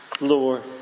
Lord